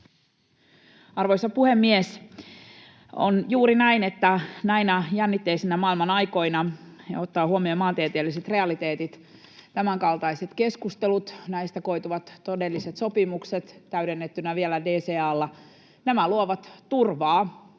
Arvoisa puhemies! On juuri näin, että näinä jännitteisinä maailmanaikoina ja ottaen huomioon maantieteelliset realiteetit tämänkaltaiset keskustelut, näistä koituvat todelliset sopimukset täydennettynä vielä DCA:lla luovat turvaa